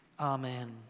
Amen